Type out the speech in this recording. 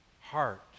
heart